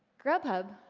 grubhub,